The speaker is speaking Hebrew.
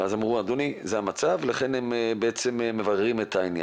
ואז אמרו 'אדוני, זה המצב', לכן מבררים את העניין.